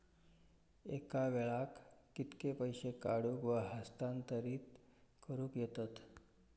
एका वेळाक कित्के पैसे काढूक व हस्तांतरित करूक येतत?